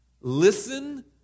Listen